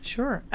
Sure